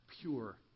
pure